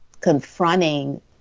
confronting